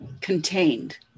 contained